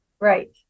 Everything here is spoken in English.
Right